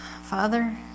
Father